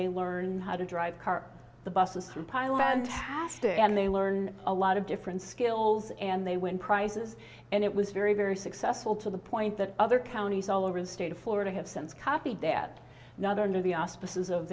they learn how to drive a car the buses from thailand pass it and they learn a lot of different skills and they win prizes and it was very very successful to the point that other counties all over the state of florida have since copied that another under the auspices of